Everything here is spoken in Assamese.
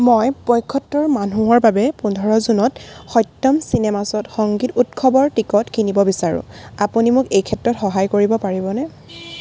মই পঁয়সত্তৰ মানুহৰ বাবে পোন্ধৰ জুনত সত্যম চিনেমাছত সংগীত উৎসৱৰ টিকট কিনিব বিচাৰোঁ আপুনি মোক এই ক্ষেত্ৰত সহায় কৰিব পাৰিবনে